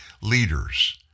leaders